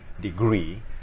degree